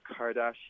Kardashian